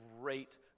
great